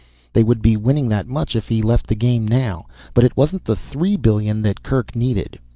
they would be winning that much if he left the game now but it wasn't the three billion that kerk needed.